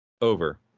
Over